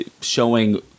showing